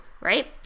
right